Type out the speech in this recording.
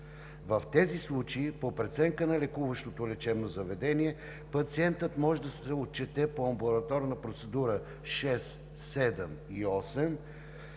В тези случаи, по преценка на лекуващото лечебно заведение, пациентът може да се отчете по АПр № 6, АПр № 7 или